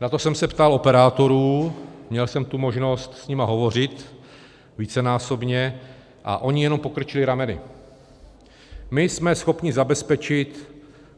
Na to jsem se ptal operátorů, měl jsem tu možnost s nimi hovořit vícenásobně a oni jenom pokrčili rameny: My jsme schopni zabezpečit